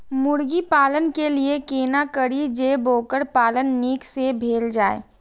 मुर्गी पालन के लिए केना करी जे वोकर पालन नीक से भेल जाय?